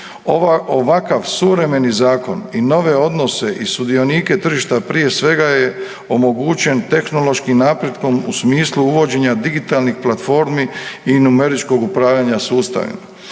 ovakav suvremeni zakon i nove odnose i sudionike tržišta prije svega je omogućen tehnološkim napretkom u smislu uvođenja digitalnih platformi i numeričkog upravljanja sustavima.